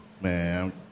Man